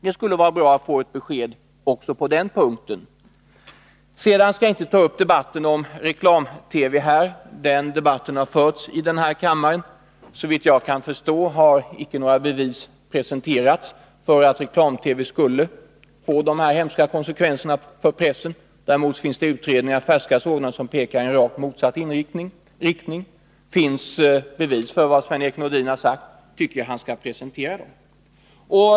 Det skulle vara bra att få ett besked också på den punkten. Jag skall inte här ta upp debatten om reklam-TV. Den debatten har förts i denna kammare. Såvitt jag kan förstå har icke några bevis presenterats för att reklam-TV skulle få dessa konsekvenser för pressen. Däremot finns det utredningar — färska sådana — som pekar i rakt motsatt riktning. Finns det bevis för vad Sven-Erik Nordin har sagt, tycker jag att han skall presentera dem.